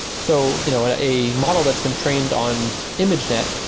so you know a model that's been trained on image net,